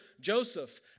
Joseph